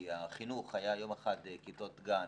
כי החינוך היה יום אחד כיתות גן,